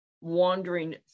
wandering